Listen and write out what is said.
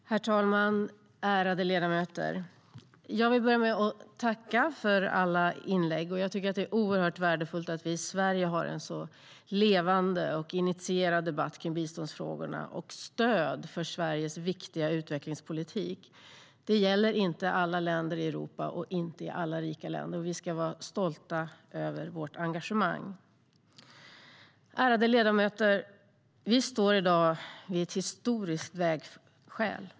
Herr talman och ärade ledamöter! Jag vill börja med att tacka för alla inlägg. Jag tycker att det är oerhört värdefullt att vi i Sverige har en så levande och initierad debatt om biståndsfrågorna och ett stöd för Sveriges viktiga utvecklingspolitik. Det gäller inte alla länder i Europa och inte alla rika länder. Vi ska vara stolta över vårt engagemang. Ärade ledamöter! Vi står i dag vid ett historiskt vägskäl.